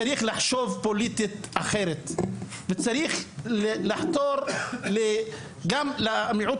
צריך לחשוב פוליטית אחרת וצריך לחתור גם למיעוט